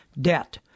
debt